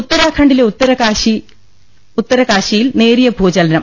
ഉത്തരാഖണ്ഡിലെ ഉത്തര കാശിയിൽ നേരിയ ഭൂചലനം